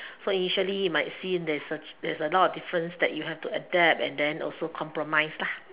so initially might seem there's a there's a lot of difference that you have to adapt and then also compromise lah